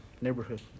neighborhood